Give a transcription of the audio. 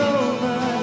over